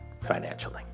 financially